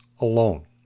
alone